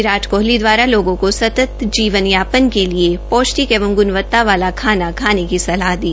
विराट कोहली दवारा लोगो को सतत जीवनयापन के लिए पौष्टिक व् ग्णवता वाला खाना खाने की सलाह दी